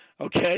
Okay